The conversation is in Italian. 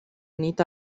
unita